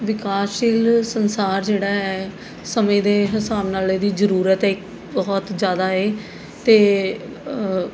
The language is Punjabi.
ਵਿਕਾਸਸ਼ੀਲ ਸੰਸਾਰ ਜਿਹੜਾ ਹੈ ਸਮੇਂ ਦੇ ਹਿਸਾਬ ਨਾਲ਼ ਇਹਦੀ ਜ਼ਰੂਰਤ ਏ ਬਹੁਤ ਜ਼ਿਆਦਾ ਏ ਅਤੇ